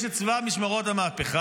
יש את צבא משמרות המהפכה,